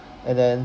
and then